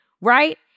Right